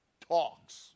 talks